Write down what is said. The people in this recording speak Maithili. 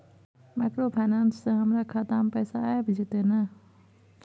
माइक्रोफाइनेंस से हमारा खाता में पैसा आबय जेतै न?